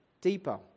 deeper